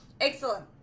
excellent